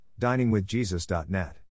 DiningWithJesus.net